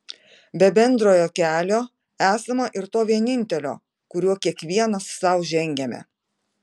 be bendrojo kelio esama ir to vienintelio kuriuo kiekvienas sau žengiame